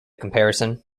comparison